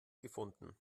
gefunden